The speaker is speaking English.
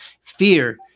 fear